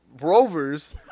rovers